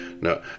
No